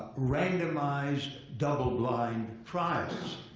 randomized, double-blind trials.